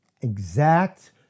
exact